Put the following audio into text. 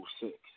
six